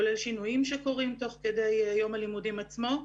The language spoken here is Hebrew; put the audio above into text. כולל שינויים שקורים תוך כדי יום הלימודים עצמו,